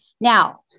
now